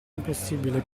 impossibile